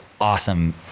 awesome